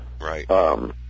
right